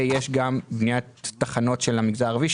ויש גם בניית תחנות של המגזר הערבי,